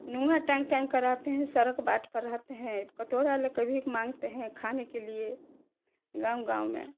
नोआ टैंक टैंक के रहते हैं सड़क बाट पर रहते हैं कटोरा लेकर भीख मांगते हैं खाने के लिए गाँव गाँव में